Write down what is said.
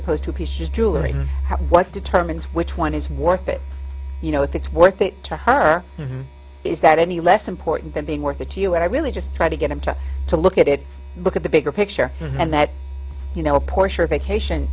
opposed to peace jewelry what determines which one is worth it you know if it's worth it to her is that any less important than being worth it to you and i really just try to get into to look at it look at the bigger picture and that you know a porsche or a vacation